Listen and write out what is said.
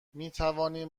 میتوانیم